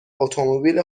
اتومبیل